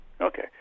Okay